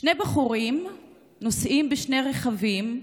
שני בחורים נוסעים בשני רכבים,